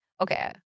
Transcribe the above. Okay